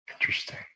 Interesting